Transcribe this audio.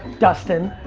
dustin.